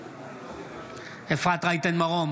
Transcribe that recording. בעד אפרת רייטן מרום,